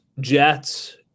Jets